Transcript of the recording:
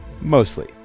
mostly